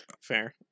Fair